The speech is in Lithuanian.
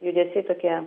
judesiai tokie